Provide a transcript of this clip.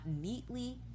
neatly